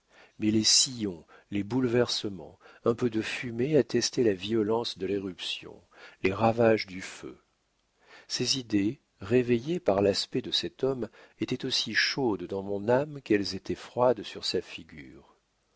mais les sillons les bouleversements un peu de fumée attestaient la violence de l'éruption les ravages du feu ces idées réveillées par l'aspect de cet homme étaient aussi chaudes dans mon âme qu'elles étaient froides sur sa figure